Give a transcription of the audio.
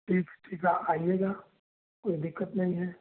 ठीक ठीक है आप आइएगा कोई दिक़्क़त नहीं है